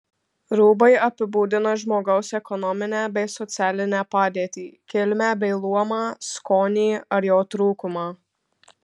rūbai apibūdina žmogaus ekonominę bei socialinę padėtį kilmę bei luomą skonį ar jo trūkumą